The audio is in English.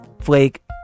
Flake